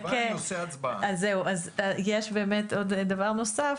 יש באמת עוד דבר נוסף,